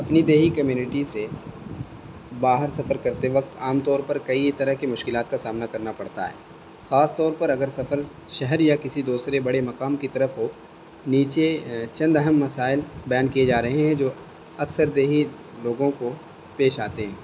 اپنی دیہی کمیونٹی سے باہر سفر کرتے وقت عام طور پر کئی طرح کی مشکلات کا سامنا کرنا پڑتا ہے خاص طور پر اگر سفر شہر یا کسی دوسرے بڑے مقام کی طرف ہو نیچے چند اہم مسائل بیان کیے جا رہے ہیں جو اکثر دیہی لوگوں کو پیش آتے ہیں